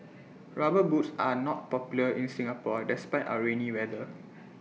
rubber boots are not popular in Singapore despite our rainy weather